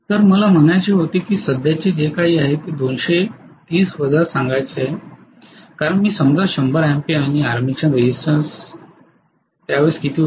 तर मला म्हणायचे होते की सध्याचे जे काही आहे ते 230 वजा सांगायचे कारण मी समजा 100 अँपिअर आणि आर्मेचर रेझिस्टन्स किती होता